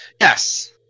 Yes